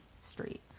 street